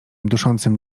duszącym